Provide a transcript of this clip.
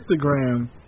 Instagram